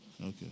Okay